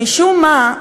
משום מה,